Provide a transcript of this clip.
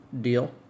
deal